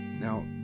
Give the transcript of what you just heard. Now